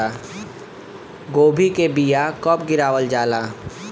गोभी के बीया कब गिरावल जाला?